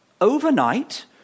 overnight